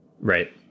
right